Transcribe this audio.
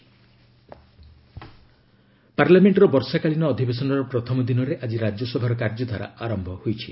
RS oath taking ପାର୍ଲାମେଣ୍ଟର ବର୍ଷାକାଳୀନ ଅଧିବେଶନର ପ୍ରଥମ ଦିନରେ ଆଜି ରାଜ୍ୟସଭାର କାର୍ଯ୍ୟଧାରା ଆରମ୍ଭ ହୋଇଛି